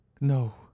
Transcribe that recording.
no